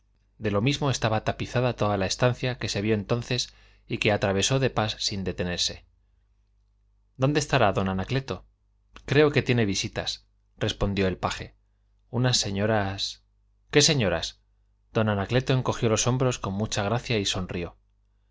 de lo mismo estaba tapizada toda la estancia que se vio entonces y que atravesó de pas sin detenerse dónde estará don anacleto creo que tiene visitas respondió el paje unas señoras qué señoras don anacleto encogió los hombros con mucha gracia y sonrió don